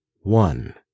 one